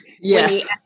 Yes